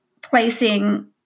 placing